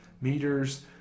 meters